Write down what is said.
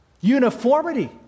uniformity